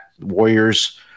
Warriors